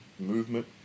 Movement